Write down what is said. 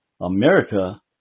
America